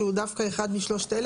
שהוא זה שגם יתקן,